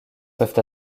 peuvent